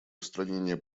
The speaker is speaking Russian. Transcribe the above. устранения